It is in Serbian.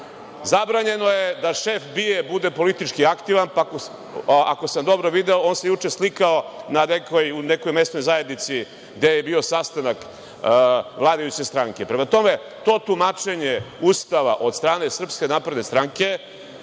Zabranjeno je da šef BIA bude politički aktivan, pa ako sam dobro video, on se juče slikao u nekoj mesnoj zajednici, gde je bio sastanak vladajuće stranke. Prema tome, to tumačenje Ustava od sstrane SNS, to je kao